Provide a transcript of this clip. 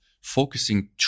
focusing